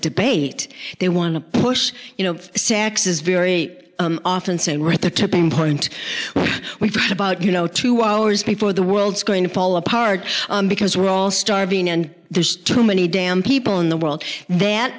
debate they want to push you know saxes very often so right there tipping point we've got about you know two hours before the world's going to fall apart because we're all starving and there's too many damn people in the world that